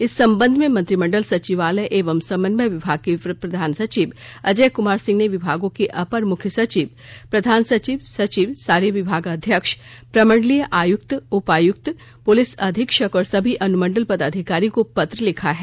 इस संबंध में मंत्रिमंडल सचिवालय एवं समन्वय विभाग के प्रधान सचिव अजय कमार सिंह ने विभागों के अपर मुख्य सचिव प्रधान सचिव सचिव सारे विभागाध्यक्ष प्रमंडलीय आयुक्त उपायुक्त पुलिस अधीक्षक और सभी अनुमंडल पदाधिकारी को पत्र लिखा है